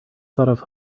thought